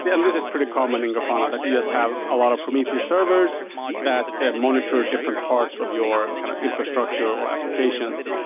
but this is pretty common in grafana, that you just have a lot of prometheus servers that that monitor different parts of your kind of infrastructure or applications.